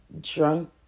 Drunk